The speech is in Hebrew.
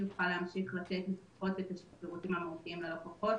הוא יכול להמשיך לתת לפחות את השירותים המהותיים ללקוחות.